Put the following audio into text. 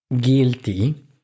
guilty